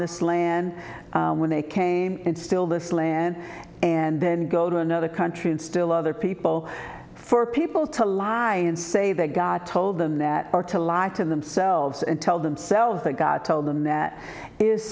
this land when they came and still this land and then go to another country and still other people for people to lie and say that god told them that or to lie to themselves and tell themselves that god told them that is